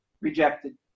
rejected